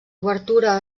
obertura